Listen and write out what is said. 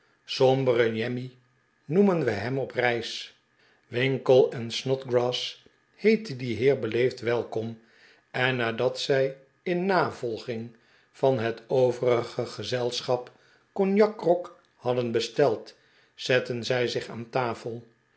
jemmy noemen wij hem op reis winkle en snodgrass heetten dien heer beleefd welkom en nadat zij in navolging van het overige gezelschap cognacgrog hadden besteld zetten zij zich aan tafel